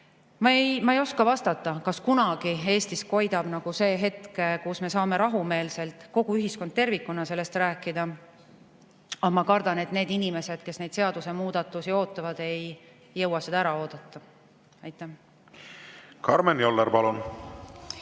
Ma ei oska vastata, kas kunagi Eestis koidab see hetk, kus me saame rahumeelselt, kogu ühiskond tervikuna, sellest rääkida. Aga ma kardan, et need inimesed, kes neid seadusemuudatusi ootavad, ei jõua seda ära oodata. Karmen Joller, palun!